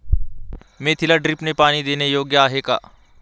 मेथीला ड्रिपने पाणी देणे योग्य आहे का?